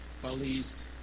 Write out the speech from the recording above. police